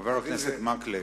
חבר הכנסת מקלב,